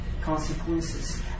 consequences